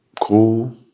Cool